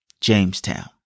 Jamestown